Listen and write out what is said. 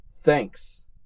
Thanks